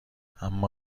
اما